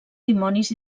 dimonis